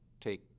take